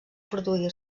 produir